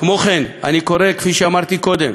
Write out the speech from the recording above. כמו כן, אני קורא, כפי שאמרתי קודם,